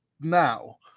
now